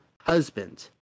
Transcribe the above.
husband